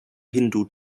hindu